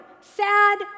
sad